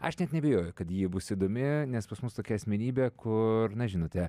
aš net neabejoju kad ji bus įdomi nes pas mus tokia asmenybė kur na žinote